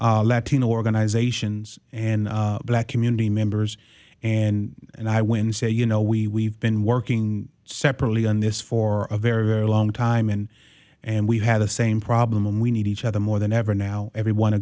help organize ations and black community members and and i when say you know we we've been working separately on this for a very long time and and we've had the same problem and we need each other more than ever now everyone